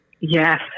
Yes